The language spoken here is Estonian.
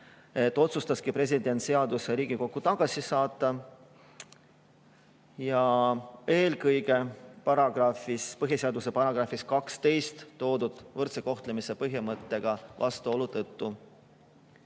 otsustaski president seaduse Riigikokku tagasi saata. Seda eelkõige põhiseaduse §‑s 12 toodud võrdse kohtlemise põhimõttega vastuolu tõttu.